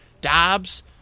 Dobbs